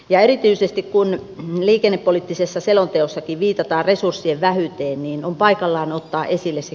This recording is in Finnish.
ja erityisesti kun liikennepoliittisessa selonteossakin viitataan resurssien vähyyteeniin on paikallaan ottaa esille se